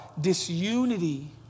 disunity